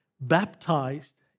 baptized